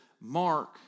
Mark